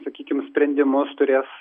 sakykim sprendimus turės